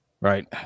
right